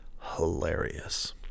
hilarious